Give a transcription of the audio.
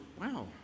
wow